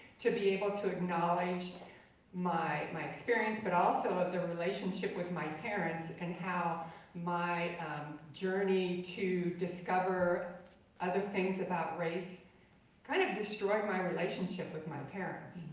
to be able to acknowledge my my experience but also of the relationship with my parents and how my journey to discover other things about race kind of destroyed my relationship with my parents.